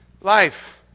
Life